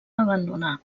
abandonà